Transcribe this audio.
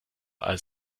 als